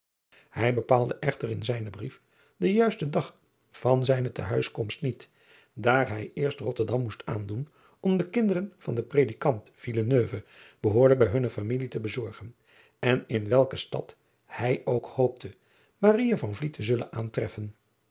ij bepaalde echter in zijnen brief den juisten dag van zijne te huis komst niet daar hij eerst otterdam moest aandoen om de kinderen van den redikant behoorlijk bij hunne familie te bezorgen en in welke stad hij ook hoopte te zullen aantreffen